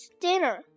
dinner